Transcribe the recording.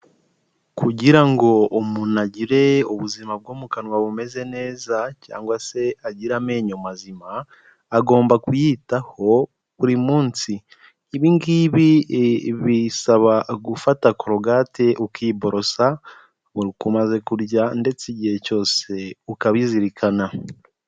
Kugira ngo umuntu agire ubuzima bwo mu kanwa bumeze neza cyangwa se agira amenyo mazima agomba kuyitaho buri munsi, ibingibi bisaba gufata korogate ukiborosa buri uko umaze kurya ndetse igihe cyose ukabizirikana.